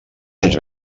anys